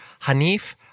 Hanif